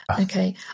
Okay